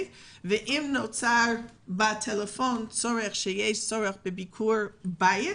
אם עלה בטלפון צורך לביקור בית,